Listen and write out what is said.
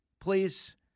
please